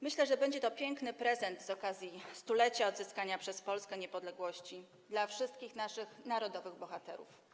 Myślę, że będzie to piękny prezent z okazji 100-lecia odzyskania przez Polskę niepodległości - dla wszystkich naszych narodowych bohaterów.